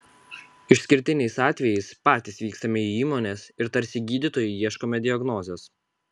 išskirtiniais atvejais patys vykstame į įmones ir tarsi gydytojai ieškome diagnozės